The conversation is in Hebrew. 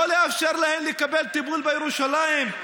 לא לאפשר להן לקבל טיפול בירושלים,